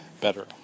better